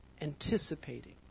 anticipating